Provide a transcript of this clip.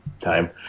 time